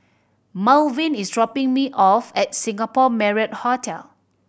Malvin is dropping me off at Singapore Marriott Hotel